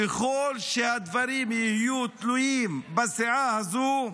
ככל שהדברים יהיו תלויים בסיעה הזו,